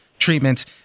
Treatments